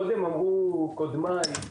קודם אמרו קודמיי,